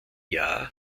jahr